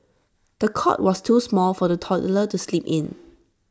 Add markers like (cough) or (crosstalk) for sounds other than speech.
the cot was too small for the toddler to sleep in (noise)